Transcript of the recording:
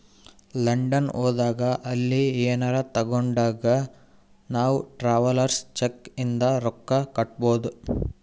London ಹೋದಾಗ ಅಲ್ಲಿ ಏನರೆ ತಾಗೊಂಡಾಗ್ ನಾವ್ ಟ್ರಾವೆಲರ್ಸ್ ಚೆಕ್ ಇಂದ ರೊಕ್ಕಾ ಕೊಡ್ಬೋದ್